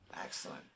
excellent